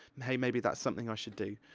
hey, maybe that's something i should do.